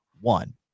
one